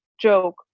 joke